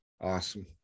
Awesome